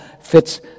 fits